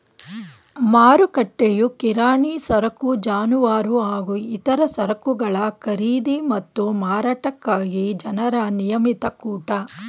ಮಾರುಕಟ್ಟೆಯು ಕಿರಾಣಿ ಸರಕು ಜಾನುವಾರು ಹಾಗೂ ಇತರ ಸರಕುಗಳ ಖರೀದಿ ಮತ್ತು ಮಾರಾಟಕ್ಕಾಗಿ ಜನರ ನಿಯಮಿತ ಕೂಟ